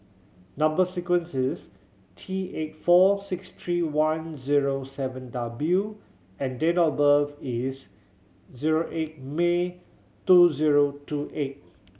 number sequence is T eight four six three one zero seven W and date of birth is zero eight May two zero two eight